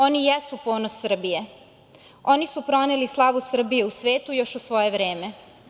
Oni jesu ponos Srbije, oni su proneli slavu Srbije u svetu još u svoje vreme.